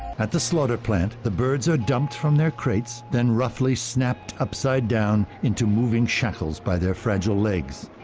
at the slaughter plant the birds are dumped from their crates, then roughly snapped upside down into moving shackles by their fragile legs.